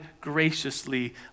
graciously